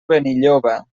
benilloba